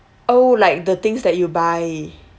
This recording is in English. oh like the things that you buy